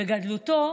בגדולתו,